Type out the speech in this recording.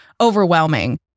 overwhelming